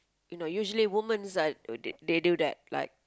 you know usually women's uh they they do that like